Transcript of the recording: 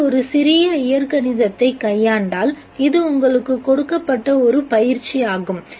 நீங்கள் ஒரு சிறிய இயற்கணிதத்தை கையாண்டால் இது உங்களுக்கு கொடுக்கப்பட்ட ஒரு பயிற்சி ஆகும்